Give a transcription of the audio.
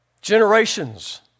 Generations